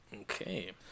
Okay